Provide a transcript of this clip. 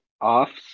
off